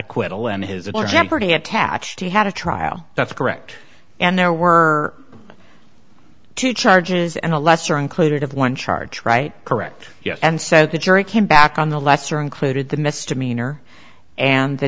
are jeopardy attached to had a trial that's correct and there were two charges and a lesser included of one charge right correct yes and so the jury came back on the lesser included the misdemeanor and the